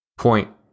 Point